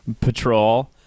patrol